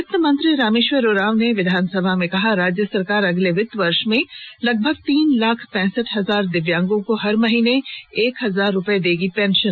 वित्त मंत्री रामेश्वर उरांव ने विधानसभा में कहा राज्य सरकार अगले वित्तीय वर्ष में लगभग तीन लाख पैंसठ हजार दिव्यांगों को हर माह एक हजार रुपए देगी पेंशन